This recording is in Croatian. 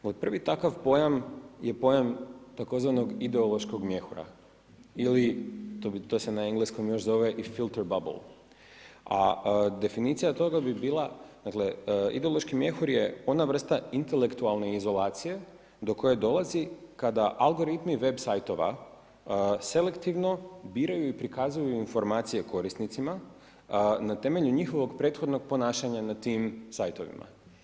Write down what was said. Moj prvi takav pojam je pojam tzv. ideološkog mjehura ili to se na engleskom još zove …, a definicija toga bi bila ideološki mjehur je ona vrsta intelektualne izolacije do koje dolazi kada algoritmi web sajtova selektivno biraju i prikazuju informacije korisnicima na temelju njihovog prethodnog ponašanja na tim sajtovima.